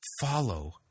follow